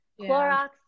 Clorox